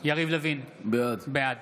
יריב לוין, בעד